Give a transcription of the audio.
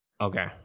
Okay